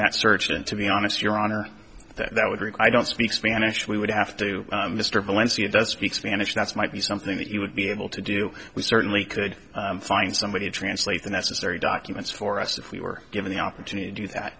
that search and to be honest your honor that would require i don't speak spanish we would have to do mr valencia does speak spanish that's might be something that he would be able to do we certainly could find somebody to translate the necessary documents for us if we were given the opportunity to do that